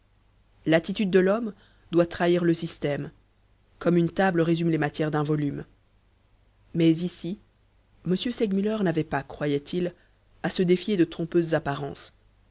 l'attitude de l'homme doit trahir le système comme une table résume les matières d'un volume mais ici m segmuller n'avait pas croyait-il à se défier de trompeuses apparences